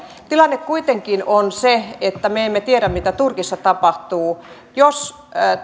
tilanne kuitenkin on se että me emme tiedä mitä turkissa tapahtuu jos